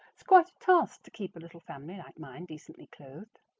it's quite a task to keep a little family like mine decently clothed.